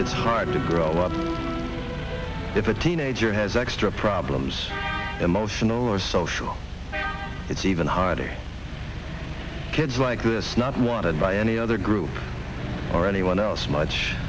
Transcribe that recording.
it's hard to grow up if a teenager has extra problems emotional or social it's even harder kids like this not wanted by any other group or anyone else much